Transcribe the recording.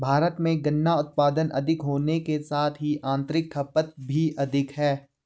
भारत में गन्ना उत्पादन अधिक होने के साथ ही आतंरिक खपत भी अधिक है